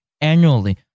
annually